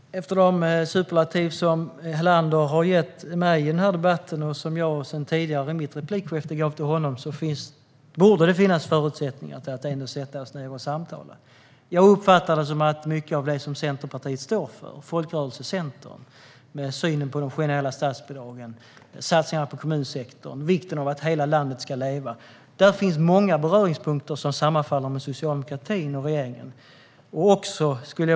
Herr talman! Efter de superlativ Peter Helander har förärat mig i denna debatt och de superlativ jag i mitt replikskifte förärat honom borde det finnas förutsättningar för oss att sitta ned och samtala. Jag uppfattar det som att det finns mycket i Centerpartiet - alltså folkrörelsecentern, med sin syn på de generella statsbidragen, satsningarna på kommunsektorn och vikten av att hela landet ska leva - och det man står för som sammanfaller med socialdemokratins och regeringens syn.